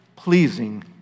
pleasing